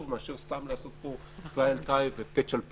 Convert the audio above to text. מאשר סתם לעשות פה טלאי על טלאי ופאטש על פאטש.